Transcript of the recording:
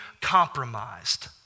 compromised